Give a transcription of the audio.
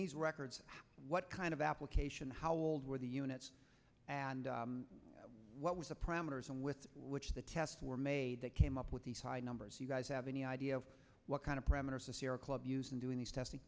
these records what kind of application how old were the units and what was the premolars and with which the tests were made they came up with these high numbers you guys have any idea of what kind of parameters the sierra club used in doing these testing